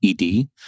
ED